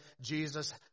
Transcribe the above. Jesus